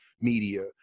media